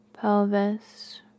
pelvis